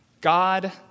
God